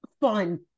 fun